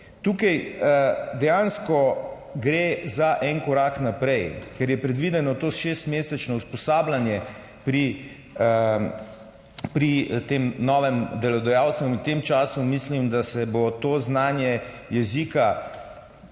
Tukaj dejansko gre za en korak naprej, ker je predvideno to šestmesečno usposabljanje pri tem novem delodajalcu. In v tem času mislim, da se bo to znanje jezika pred